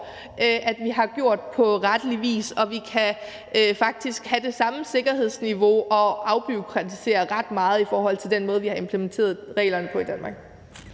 vi har gjort på rette vis, og vi kan faktisk have det samme sikkerhedsniveau og afbureaukratisere ret meget i forhold til den måde, vi har implementeret reglerne på i Danmark.